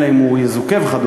אלא אם הוא יזוכה וכדומה,